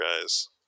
guys